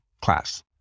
class